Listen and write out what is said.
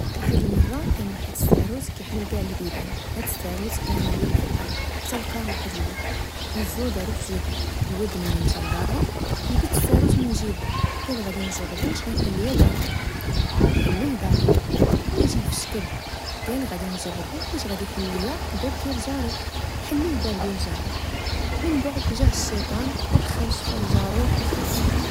واحد المرة كان واحد الساروت كيحل كاع البيبان هاد الساروت كان مليوح فالارض حتى لقاه واحد الولد هزو ودارو فجيبو الولد ملي مشى لدارهم جبد الساروت من جيبو قال غادي نجربو غي حل ليا دارنا حل ليه دارهم ويجيه فشكل قال غادي نجربو واش غادي يحل الباب ديال جاري حل الباب ديال جارو من بعد جا الشيطان ودخل جارو وخرج